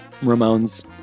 Ramones